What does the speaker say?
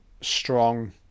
strong